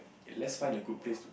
let's find a good place to